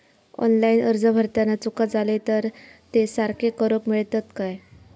Online अर्ज भरताना चुका जाले तर ते सारके करुक मेळतत काय?